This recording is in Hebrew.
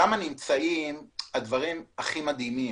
שם נמצאים הדברים הכי מדהימים,